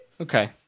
Okay